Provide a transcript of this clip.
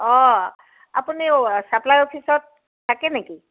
অঁ আপুনি ছাপ্লাই অফিচত থাকে নেকি